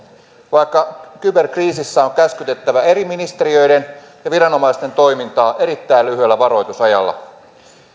vaikka kyberkriisissä on käskytettävä eri ministeriöiden ja viranomaisten toimintaa erittäin lyhyellä varoitusajalla